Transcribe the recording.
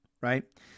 right